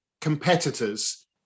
competitors